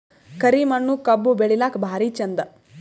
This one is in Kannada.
ಕರಿ ಮಣ್ಣು ಕಬ್ಬು ಬೆಳಿಲ್ಲಾಕ ಭಾರಿ ಚಂದ?